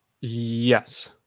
Yes